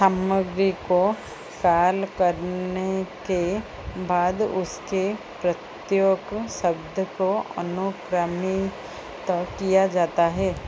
सामग्री को साल करने के बाद उसके प्रत्योक शब्द को अनुक्रमित किया जाता है